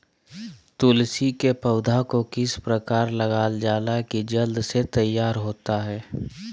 तुलसी के पौधा को किस प्रकार लगालजाला की जल्द से तैयार होता है?